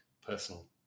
personal